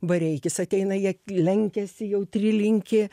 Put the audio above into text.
bareikis ateina jie lenkiasi jau trilinki